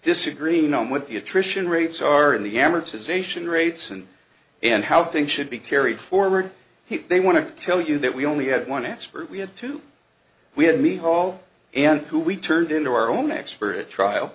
disagree numb with the attrition rates are in the amortization rates and in how things should be carried forward they want to tell you that we only had one expert we had to we had me haul and who we turned into our own expert at trial